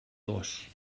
dos